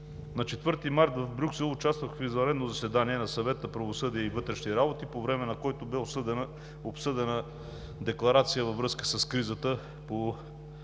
На 4 март в Брюксел участвах в извънредно заседание на Съвета „Правосъдие и вътрешни работи“, по време на който бе обсъдена декларация във връзка с кризата по